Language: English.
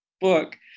book